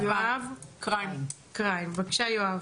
בבקשה יואב.